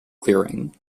clearing